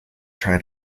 try